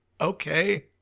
okay